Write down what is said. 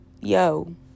Yo